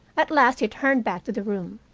at last he turned back to the room.